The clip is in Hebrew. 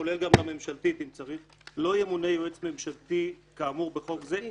כולל גם לממשלתית אם צריך לא ימונה יועץ ממשלתי כאמור בחוק זה,